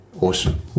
Awesome